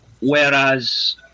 Whereas